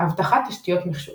אבטחת תשתיות מחשוב